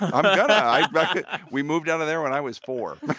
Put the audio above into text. i we moved out of there when i was four